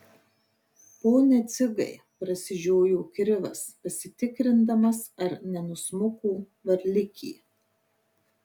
pone dzigai prasižiojo krivas pasitikrindamas ar nenusmuko varlikė